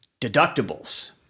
Deductibles